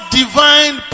divine